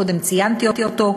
קודם ציינתי אותו,